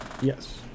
Yes